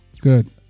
Good